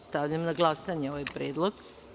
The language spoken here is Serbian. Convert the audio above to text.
Stavljam na glasanje ovaj predlog.